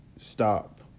stop